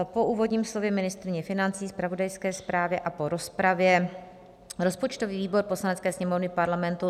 Po úvodním slově ministryně financí, zpravodajské zprávě a po rozpravě rozpočtový výbor Poslanecké sněmovny Parlamentu